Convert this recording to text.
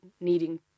needing